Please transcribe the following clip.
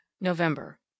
November